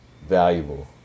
Valuable